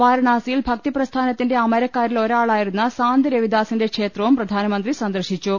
വാരണാസിയിൽ ഭക്തി പ്രസ്ഥാനത്തിന്റെ അമരക്കാരിൽ ഒരാളായിരുന്ന സന്ത്രവിദാസിന്റെ ക്ഷേത്രവും പ്രധാനമന്ത്രി സന്ദർശിച്ചു